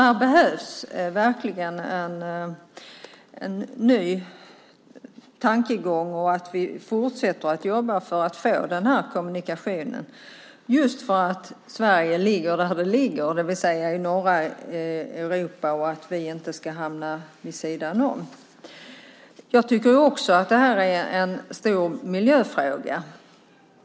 Här behövs verkligen en ny tankegång och att vi fortsätter att jobba för att få denna kommunikation just för att Sverige ligger där det ligger, det vill säga i norra Europa, så att vi inte ska hamna vid sidan om. Jag tycker också att det här är en stor miljöfråga.